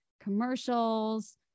commercials